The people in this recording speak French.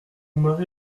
mari